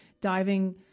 diving